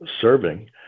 serving